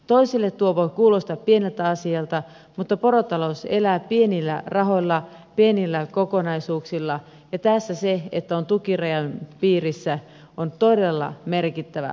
toisille tuo voi kuulostaa pieneltä asialta mutta porotalous elää pienillä rahoilla pienillä kokonaisuuksilla ja tässä se että on tukirajan piirissä on todella merkittävä asia